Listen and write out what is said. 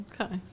Okay